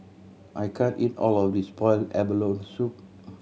I can't eat all of this boiled abalone soup